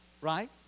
right